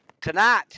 Tonight